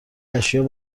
اشیاء